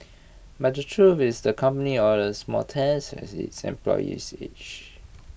but the truth is the company orders more tests as its employees age